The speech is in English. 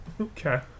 Okay